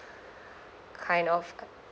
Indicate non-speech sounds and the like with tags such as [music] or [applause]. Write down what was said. kind of [noise]